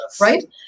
right